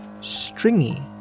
stringy